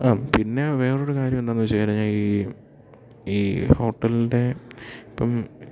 ആ പിന്നെ വേറൊരു കാര്യം എന്താണെന്ന് വെച്ചുകഴിഞ്ഞാല് ഈ ഈ ഹോട്ടലിൻ്റെ ഇപ്പം